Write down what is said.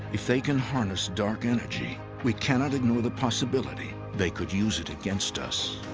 if they can harness dark energy, we cannot ignore the possibility they could use it against us.